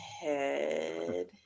head